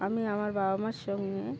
আমি আমার বাবা মার সঙ্গে